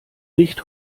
nicht